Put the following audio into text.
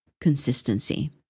consistency